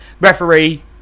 Referee